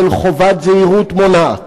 של חובת זהירות מונעת,